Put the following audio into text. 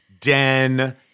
den